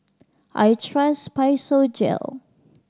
I trust Physiogel